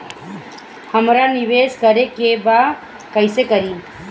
हमरा निवेश करे के बा कईसे करी?